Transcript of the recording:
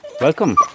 Welcome